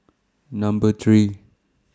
Number three